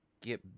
get